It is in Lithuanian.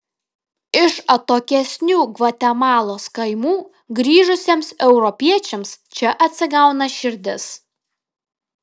iš atokesnių gvatemalos kaimų grįžusiems europiečiams čia atsigauna širdis